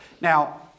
Now